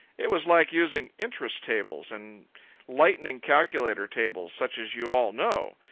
it was like using interest tables and lightning-calculator tables such as you all know.